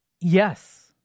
Yes